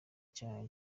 cya